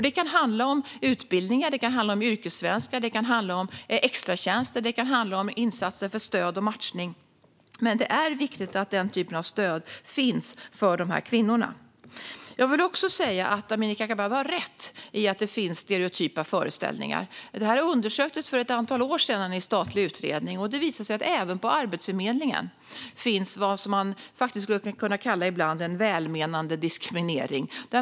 Det kan handla om utbildningar, yrkessvenska, extratjänster och insatser för stöd och matchning. Det är viktigt att denna typ av stöd finns för dessa kvinnor. Amineh Kakabaveh har rätt i att det finns stereotypa föreställningar. Detta undersöktes för ett antal år sedan i en statlig utredning, och det visade sig att även på Arbetsförmedlingen förekommer ibland vad man kan kalla en välmenande diskriminering.